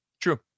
true